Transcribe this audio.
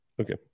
Okay